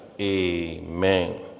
Amen